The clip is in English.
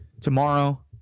tomorrow